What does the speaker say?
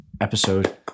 episode